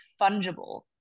fungible